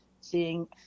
seeing